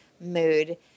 mood